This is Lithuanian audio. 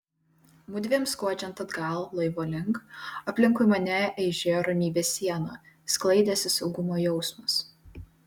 mudviem skuodžiant atgal laivo link aplinkui mane eižėjo ramybės siena sklaidėsi saugumo jausmas